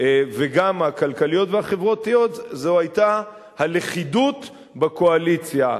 וגם הכלכליות והחברתיות, היה הלכידות בקואליציה.